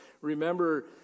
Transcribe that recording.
remember